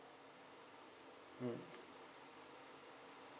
mm